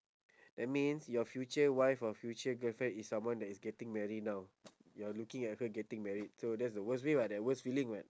that means your future wife or future girlfriend is someone that is getting marry now you are looking at her getting married so that's the worst way ah that worst feeling [what]